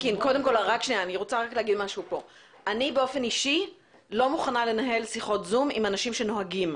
אני באופן אישי לא מוכנה לנהל שיחות זום עם אנשים שנוהגים.